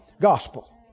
gospel